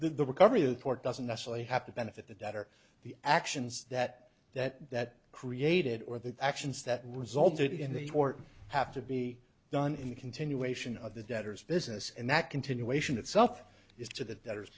the recovery of port doesn't necessarily have to benefit that or the actions that that that created or the actions that resulted in the war have to be done in continuation of the debtors business and that continuation itself is to the d